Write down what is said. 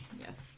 Yes